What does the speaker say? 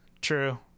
True